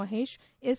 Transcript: Mahesh S